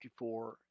54